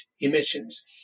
emissions